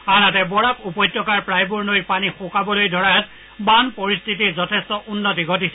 আনহাতে বৰাক উপত্যকাৰ প্ৰায়বোৰ নৈৰ পানী শুকাবলৈ ধৰাত বান পৰিস্থিতিৰ যথেষ্ট উন্নতি ঘটিছে